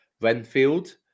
Renfield